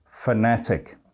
Fanatic